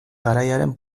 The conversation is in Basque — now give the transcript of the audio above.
garaiaren